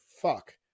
fuck